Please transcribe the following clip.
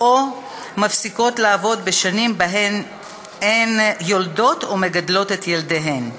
או מפסיקות לעבוד בשנים שבהן הן יולדות ומגדלות את ילדיהן.